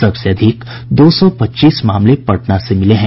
सबसे अधिक दो सौ पच्चीस मामले पटना से मिले हैं